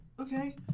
Okay